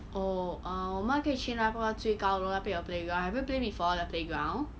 oh err 我们可以去那个最高楼那边有 playground have you play before the playground